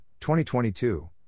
2022